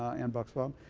ann bucksbaum,